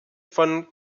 von